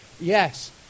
Yes